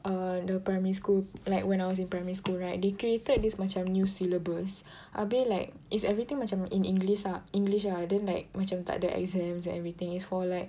err the primary school like when I was in primary school right they created this macam new syllabus abeh like is everything macam in english ah english ah then like macam tak ada exams everything is for like